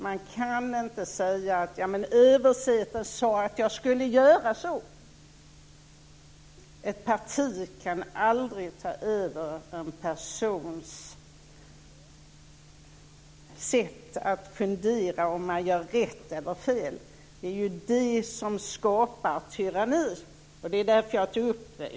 Man kan inte säga att överheten sade att man skulle göra på ett visst sätt. Ett parti kan aldrig ta över en persons egna funderingar kring rätt eller fel. Det är det som skapar tyranni. Det är därför jag tog upp frågan.